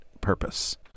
purpose